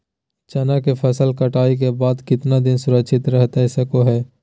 चना की फसल कटाई के बाद कितना दिन सुरक्षित रहतई सको हय?